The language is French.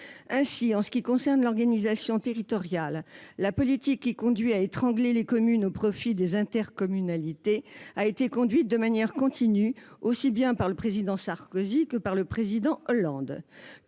Ainsi, en ce qui concerne l'organisation territoriale, la politique qui consiste à étrangler les communes au profit des intercommunalités a été conduite de manière continue, aussi bien par le président Sarkozy que par le président Hollande.